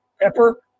Pepper